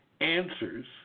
answers